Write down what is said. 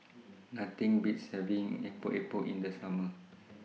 Nothing Beats having Epok Epok in The Summer